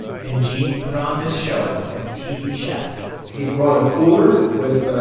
and gene put on this show like a tv chef he brought a cooler with